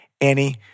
Annie